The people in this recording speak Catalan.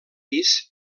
pis